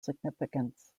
significance